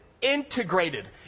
integrated